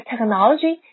technology